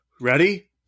Ready